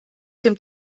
dem